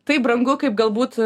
taip brangu kaip galbūt